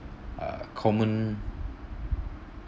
uh common